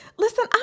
listen